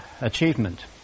achievement